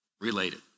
related